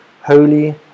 holy